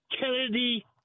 Kennedy